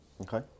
Okay